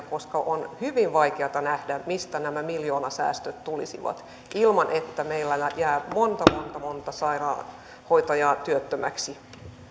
koska on hyvin vaikeata nähdä mistä nämä miljoonasäästöt tulisivat ilman että meillä jää monta monta monta sairaanhoitajaa työttömäksi